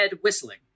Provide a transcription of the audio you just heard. whistling